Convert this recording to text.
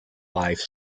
life